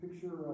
Picture